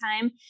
time